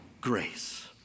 grace